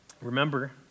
Remember